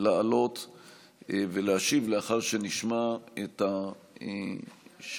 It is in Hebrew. לעלות ולהשיב, לאחר שנשמע את השאילתה.